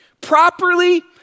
Properly